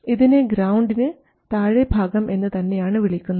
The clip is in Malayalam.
ഇതിനെ ഗ്രൌണ്ടിന് താഴെ ഭാഗം എന്ന് തന്നെയാണ് വിളിക്കുന്നത്